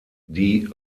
die